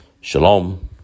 Shalom